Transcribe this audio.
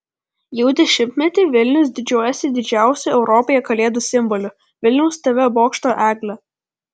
jau dešimtmetį vilnius didžiuojasi didžiausiu europoje kalėdų simboliu vilniaus tv bokšto egle